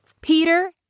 Peter